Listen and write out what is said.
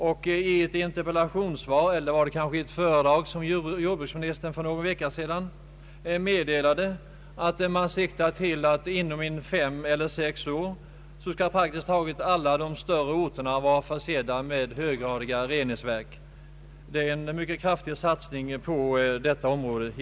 Och för någon vecka sedan meddelade jordbruksministern att man siktar till att praktiskt taget alla större orter inom 5—6 år skall vara försedda med höggradiga reningsverk. Detta betyder givetvis en mycket kraftig satsning på detta område.